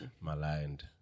maligned